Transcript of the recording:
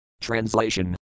Translation